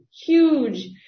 huge